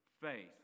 faith